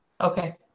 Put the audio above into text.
Okay